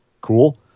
cool